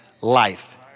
life